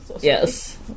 Yes